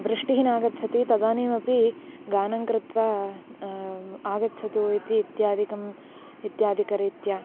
वृष्टिः नागच्छति तदानीमपि गानं कृत्वा आगच्छतु इति इत्यादिकम् इत्यादिकरीत्या